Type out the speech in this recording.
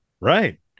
right